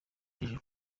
hejuru